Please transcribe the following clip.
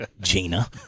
Gina